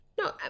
No